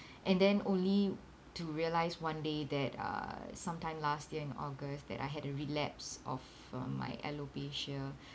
and then only to realise one day that uh some time last year in august that I had a relapse of um my alopecia